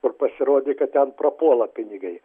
kur pasirodė kad ten prapuola pinigai